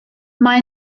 mae